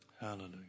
Hallelujah